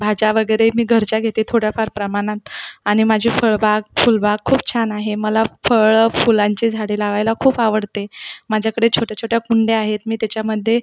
भाज्या वगैरे मी घरच्या घेते ते थोड्याफार प्रमाणात आणि माझी फळबाग फूलबाग खूप छान आहे मला फळ फुलांची झाडे लावायला खूप आवडते माझ्याकडे छोटे छोट्या कुंड्या आहेत मी त्याच्यामध्ये